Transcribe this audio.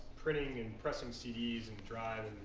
printing and pressing cds in drive